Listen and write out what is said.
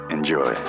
Enjoy